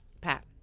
Pat